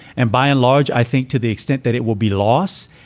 and by and large, i think to the extent that it will be loss,